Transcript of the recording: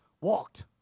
walked